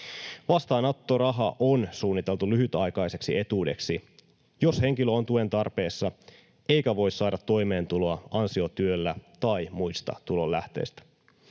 Vastaanottoraha on suunniteltu lyhytaikaiseksi etuudeksi, jos henkilö on tuen tarpeessa eikä voi saada toimeentuloa ansiotyöllä tai muista tulonlähteistä.